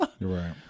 Right